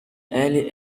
early